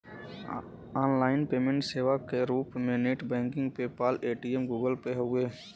online payment सेवा क रूप में net banking PayPal, Paytm, Google Pay हउवे